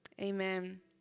Amen